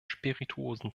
spirituosen